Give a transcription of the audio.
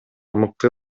мыкты